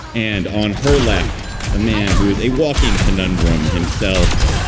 and on her left. a man who is a walking conundrum himself.